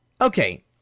okay